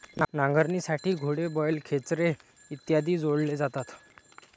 नांगरणीसाठी घोडे, बैल, खेचरे इत्यादी जोडले जातात